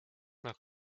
nach